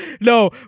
no